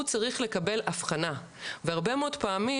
הוא צריך לקבל אבחנה והרבה מאוד פעמים